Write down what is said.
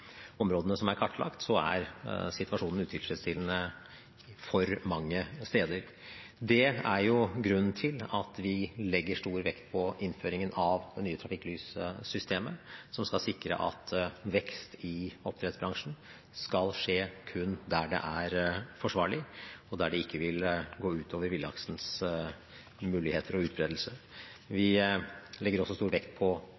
områdene som er kartlagt, er situasjonen utilfredsstillende for mange steder. Det er grunnen til at vi legger stor vekt på innføringen av det nye trafikklyssystemet, som skal sikre at vekst i oppdrettsbransjen skal skje kun der det er forsvarlig, og der det ikke vil gå ut over villaksens muligheter og utbredelse. Vi legger også stor vekt på